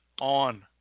on